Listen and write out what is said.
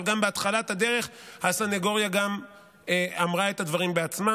אבל גם בהתחלת הדרך הסנגוריה אמרה את הדברים בעצמה,